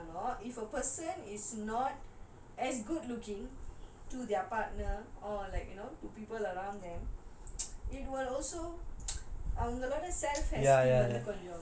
okay so if a fit body யா இருந்தாலும்:yaa irunthalaum if a person is not as good looking to their partner or like you know to people around them it will also